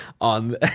on